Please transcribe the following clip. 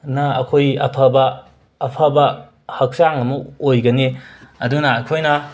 ꯅ ꯑꯩꯈꯣꯏ ꯑꯐꯕ ꯑꯐꯕ ꯍꯛꯆꯥꯡ ꯑꯃ ꯑꯣꯏꯒꯅꯤ ꯑꯗꯨꯅ ꯑꯩꯈꯣꯏꯅ